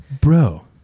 bro